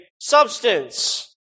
substance